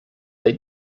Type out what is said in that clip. they